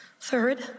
Third